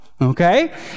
Okay